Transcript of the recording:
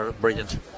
brilliant